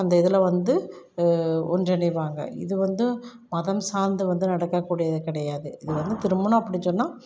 அந்த இதில் வந்து ஒன்றிணைவாங்க இது வந்து மதம் சார்ந்த வந்து நடக்கக்கூடியது கிடையாது இது வந்து திருமணம் அப்படின்னு சொன்னா